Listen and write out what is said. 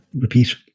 repeat